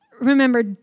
remember